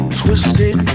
twisted